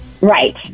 Right